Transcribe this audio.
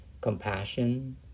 compassion